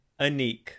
Anik